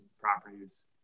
properties